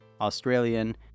Australian